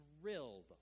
thrilled